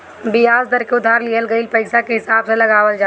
बियाज दर के उधार लिहल गईल पईसा के हिसाब से लगावल जाला